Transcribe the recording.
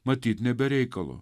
matyt ne be reikalo